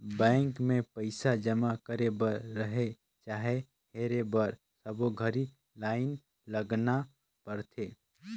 bank मे पइसा जमा करे बर रहें चाहे हेरे बर सबो घरी लाइन लगाना परथे